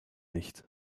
nicht